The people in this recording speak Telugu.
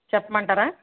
చెప్పమంటారా